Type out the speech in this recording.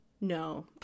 No